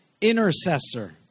Intercessor